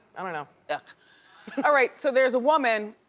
i don't know. yeah alright! so, there's a woman,